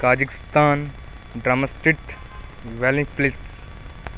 Kazakhstan ਡਰਮਸਤਿਤ ਵੈਲੀਫਲਿਸ